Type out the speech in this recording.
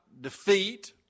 defeat